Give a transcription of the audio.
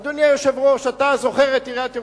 אדוני היושב-ראש, אתה זוכר את עיריית ירושלים.